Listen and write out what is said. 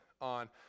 on